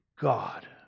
God